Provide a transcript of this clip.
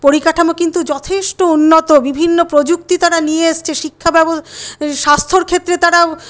পরিকাঠামো কিন্তু যথেষ্ট উন্নত বিভিন্ন প্রযুক্তি তারা নিয়ে এসছে শিক্ষা স্বাস্থ্যর ক্ষেত্রে তারা